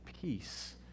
peace